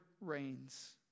reigns